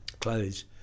clothes